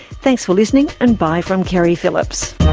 thanks for listening, and bye from keri phillips